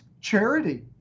charity